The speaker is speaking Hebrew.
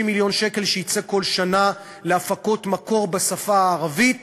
מיליון שקל שיצא כל שנה להפקות מקור בשפה הערבית